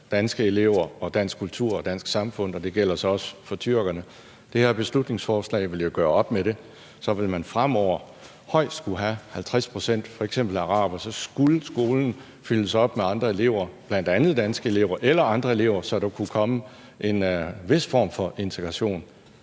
danske elever og dansk kultur og dansk samfund, og det gælder så også for tyrkerne. Det her beslutningsforslag vil jo gøre op med det. Så vil man fremover højst kunne have 50 pct. af f.eks. arabere, og derefter skulle skolen fyldes op med andre elever, bl.a. danske elever eller andre elever, så der kunne komme en vis form for integration.